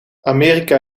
amerika